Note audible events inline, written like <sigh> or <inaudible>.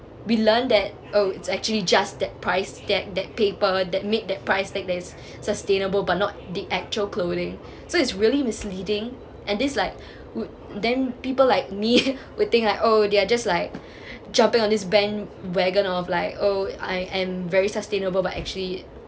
we learnt that oh it's actually just that price tag that paper that made that price tag that is sustainable but not the actual clothing so it's really misleading and this like <breath> would then people like me <laughs> would think like oh they're just like jumping on this bandwagon of like oh I am very sustainable but actually